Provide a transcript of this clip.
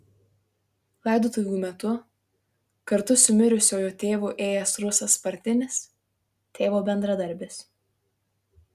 laidotuvių metu kartu su mirusiojo tėvu ėjęs rusas partinis tėvo bendradarbis